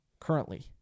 currently